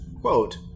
quote